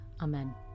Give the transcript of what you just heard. Amen